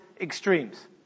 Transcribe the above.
extremes